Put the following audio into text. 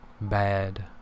bad